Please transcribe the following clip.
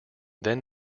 then